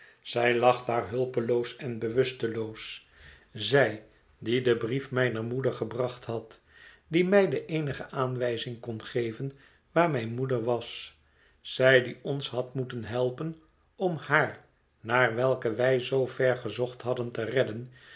zij lag daar hulpeloos en bewusteloos zij die den brief mijner moeder gebracht had die mij de eenige aanwijzing kon geven waar mijne moeder was zij die ons had moeten helpen om haar naar welke wij zoo ver gezocht hadden te redden